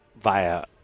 via